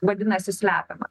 vadinasi slepiama